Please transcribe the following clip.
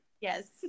Yes